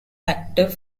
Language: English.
active